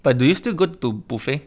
but do you still go to buffet